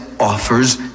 offers